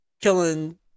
killing